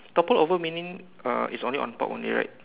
toppled over meaning uh it's only on top only right